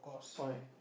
why